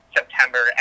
September